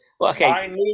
okay